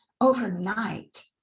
overnight